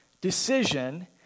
decision